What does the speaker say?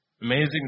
Amazing